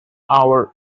hour